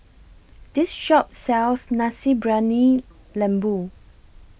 This Shop sells Nasi Briyani Lembu